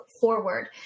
forward